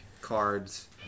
cards